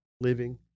living